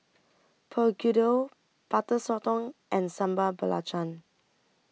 Begedil Butter Sotong and Sambal Belacan